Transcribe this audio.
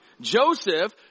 Joseph